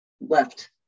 left